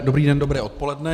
Dobrý den, dobré odpoledne.